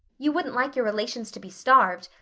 you wouldn't like your relations to be starved,